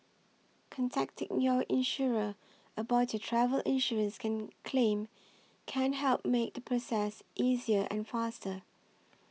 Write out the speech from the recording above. contacting your insurer about your travel insurance can claim can help make the process easier and faster